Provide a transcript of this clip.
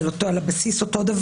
על בסיס זה,